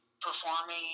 performing